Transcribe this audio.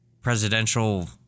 presidential